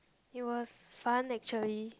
it was fun actually